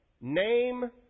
Name